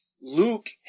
Luke